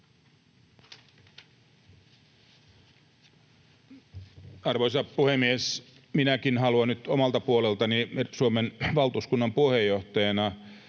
Arvoisa puhemies! Minäkin haluan nyt omalta puoleltani Suomen valtuuskunnan puheenjohtajana